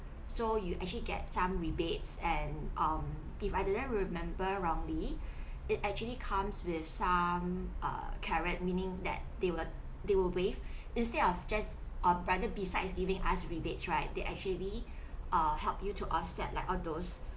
so you actually get some rebates and um if I didn't remember wrongly it actually comes with some err carrot meaning that they will they will wave instead of just err rather besides giving us rebates right they actually uh help you to offset like all those